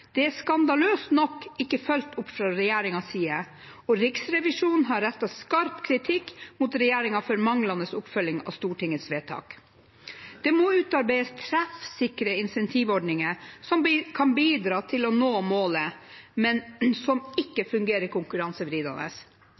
Dette er skandaløst nok ikke fulgt opp fra regjeringens side, og Riksrevisjonen har rettet skarp kritikk mot regjeringen for manglende oppfølging av Stortingets vedtak. Det må utarbeides treffsikre incentivordninger som kan bidra til å nå målet, men som ikke fungerer konkurransevridende.